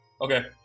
Okay